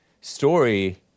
story